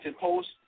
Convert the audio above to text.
Post